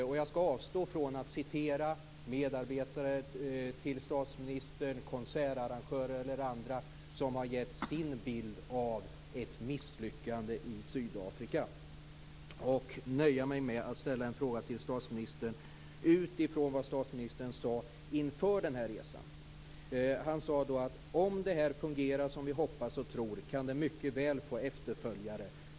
Jag ska avstå från att citera medarbetare till statsministern, konsertarrangörer och andra som har gett sin bild av ett misslyckande i Sydafrika. Jag nöjer mig med att ställa en fråga till statsministern utifrån vad statsministern sade inför resan. Statsministern sade att om detta fungerar som vi hoppas och tror kan det mycket väl få efterföljare.